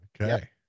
okay